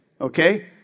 Okay